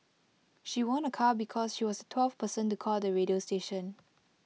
she won A car because she was the twelfth person to call the radio station